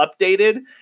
updated